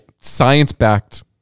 science-backed